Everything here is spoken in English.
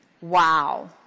Wow